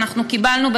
אנחנו קיבלנו,